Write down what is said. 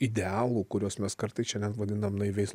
idealų kuriuos mes kartais šiandien vadinam naiviais